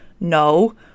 no